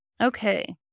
Okay